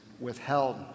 withheld